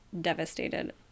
devastated